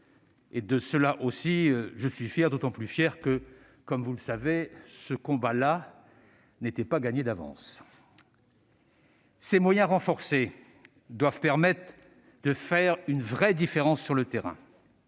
De cela aussi, je suis très fier, d'autant plus fier que ce combat, comme vous le savez, n'était pas gagné d'avance. Ces moyens renforcés doivent permettre de faire une vraie différence sur le terrain.